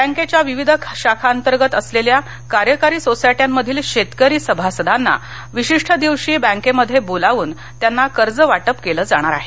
बँकेच्या विविध शाखांतर्गत असलेल्या कार्यकारी सोसायट्यामधील शेतकरी सभासदांना विशिष्ट दिवशी बँकामध्ये बोलावून त्यांना कर्ज वाटप केलं जाणार आहे